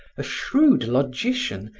a shrewd logician,